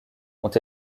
ont